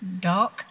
dark